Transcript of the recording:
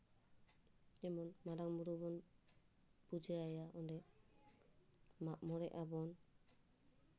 ᱡᱮᱢᱚᱱ ᱢᱟᱨᱟᱝ ᱵᱩᱨᱩ ᱵᱚᱱ ᱯᱩᱡᱟᱹ ᱟᱭᱟ ᱚᱰᱮ ᱢᱟᱜ ᱢᱚᱬᱮ ᱟᱵᱚᱱ